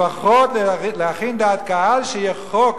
לפחות להכין דעת קהל, שיהיה חוק